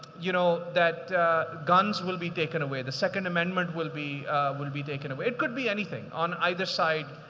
you know that guns will be taken away. the second amendment will be will be taken away. it could be anything on either side,